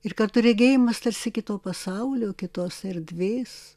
ir kartu regėjimas tarsi kito pasaulio kitos erdvės